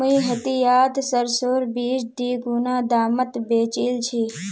मुई हटियात सरसोर बीज दीगुना दामत बेचील छि